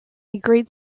grade